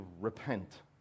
repent